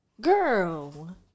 girl